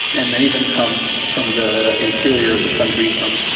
and many of them come from the interior of the country, from,